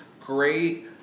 great